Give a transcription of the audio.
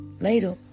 Later